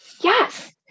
Yes